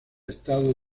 estados